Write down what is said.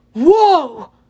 Whoa